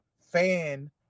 fan